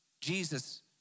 Jesus